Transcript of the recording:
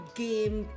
game